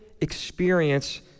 experience